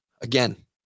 Again